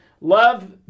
love